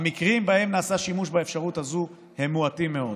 המקרים שבהם נעשה שימוש באפשרות הזאת הם מועטים מאוד.